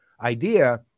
idea